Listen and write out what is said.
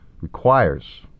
requires